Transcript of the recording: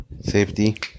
safety